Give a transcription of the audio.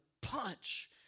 punch